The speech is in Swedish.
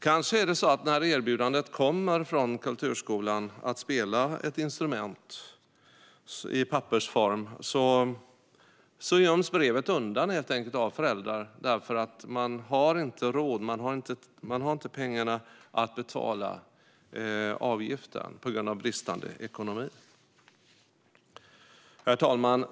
Kanske är det så att när erbjudandet om att spela instrument i kulturskolan kommer i pappersform göms brevet undan av föräldrarna eftersom man inte har pengarna att betala avgiften. Herr talman!